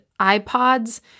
iPods